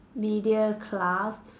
media class